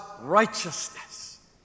righteousness